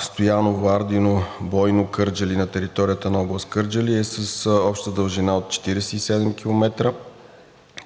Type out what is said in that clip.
Стояново – Ардино – Бойно – Кърджали на територията на област Кърджали е с дължина близо 47 км,